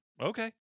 Okay